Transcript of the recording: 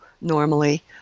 normally